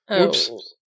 oops